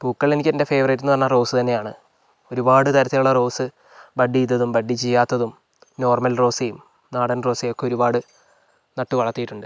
പൂക്കളിൽ എനിക്ക് എൻ്റെ ഫേവറേറ്റ് എന്നു പറഞ്ഞാൽ റോസ് തന്നെയാണ് ഒരുപാട് തരത്തിലുള്ള റോസ് ബഡ് ചെയ്തതും ബഡ് നോർമൽ റോസയും നാടൻ റോസയും ഒക്കെ ഒരുപാട് നട്ടു വളർത്തിയിട്ടുണ്ട്